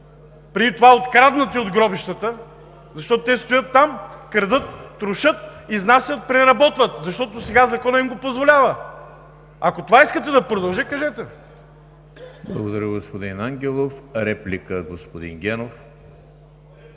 преди това откраднати от гробищата, защото те стоят там, крадат, трошат, изнасят, преработват, и това Законът им го позволява. Ако това искате да продължи, кажете. ПРЕДСЕДАТЕЛ ЕМИЛ ХРИСТОВ: Благодаря, господин Ангелов. Реплика – господин Генов.